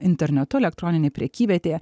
internetu elektroninėj prekyvietėje